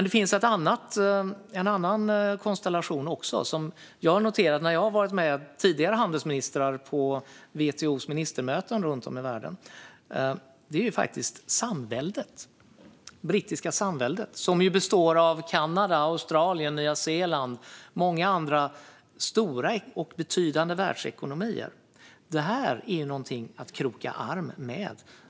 Det finns också en annan konstellation som jag har noterat när jag har varit med tidigare handelsministrar på WTO:s ministermöten runt om i världen, nämligen Samväldet, som ju består av Kanada, Australien, Nya Zeeland och många andra stora och betydande världsekonomier. Detta är något att kroka arm med.